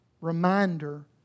reminder